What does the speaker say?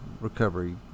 recovery